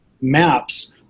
maps